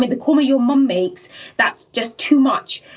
the korma your mom makes that's just too much.